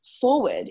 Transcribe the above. forward